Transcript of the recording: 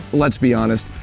let's be honest,